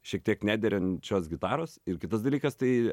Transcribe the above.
šiek tiek nederančios gitaros ir kitas dalykas tai